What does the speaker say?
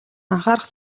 анхаарах